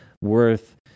worth